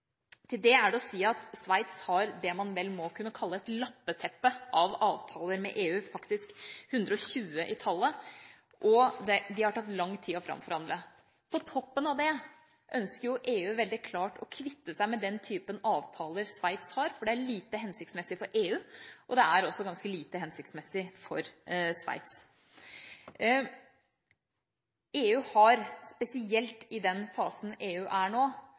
løsning. Til det er å si at Sveits har det man vel må kunne kalle et lappeteppe av avtaler med EU, faktisk 120 i tallet, og de har det tatt lang tid å framforhandle. På toppen av det ønsker EU veldig klart å kvitte seg med den typen avtaler Sveits har, for det er lite hensiktsmessig for EU, og det er også ganske lite hensiktsmessig for Sveits. EU har, spesielt i den fasen den er i nå,